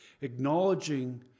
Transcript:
acknowledging